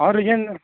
ହଁ ରିଜାଇନ